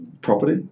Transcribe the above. property